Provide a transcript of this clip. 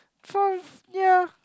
sorry ya